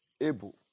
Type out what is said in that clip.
able